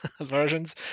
versions